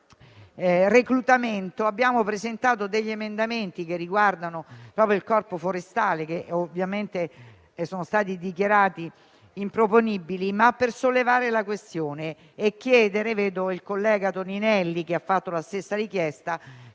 reclutamento abbiamo presentato alcuni emendamenti che riguardano proprio il Corpo forestale, che ovviamente sono stati dichiarati improponibili, ma l'abbiamo fatto per sollevare la questione e chiedere - vedo il collega Toninelli, che ha fatto la stessa richiesta